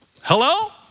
Hello